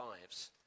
lives